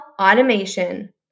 automation